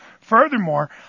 Furthermore